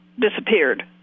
disappeared